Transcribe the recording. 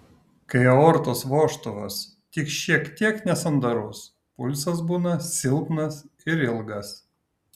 kai aortos vožtuvas tik šiek tiek nesandarus pulsas būna silpnas ir ilgas